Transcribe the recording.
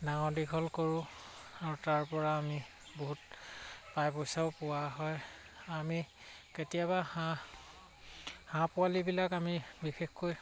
ডাঙৰ দীঘল কৰোঁ আৰু তাৰপৰা আমি বহুত পাই পইচাও পোৱা হয় আমি কেতিয়াবা হাঁহ হাঁহ পোৱালিবিলাক আমি বিশেষকৈ